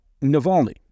Navalny